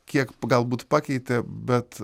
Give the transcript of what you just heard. kiek galbūt pakeitė bet